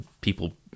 people –